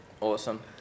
Awesome